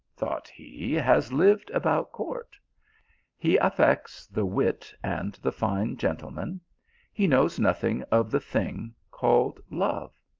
thought he, has lived about court he affects the wit and the fine gentleman he knows nothing of the thing called love.